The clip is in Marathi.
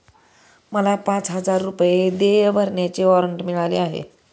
मला पाच हजार रुपये देय भरण्याचे वॉरंट मिळाले आहे